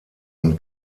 und